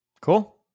Cool